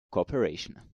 corporation